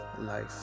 life